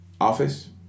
Office